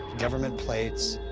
government plates,